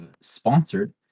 sponsored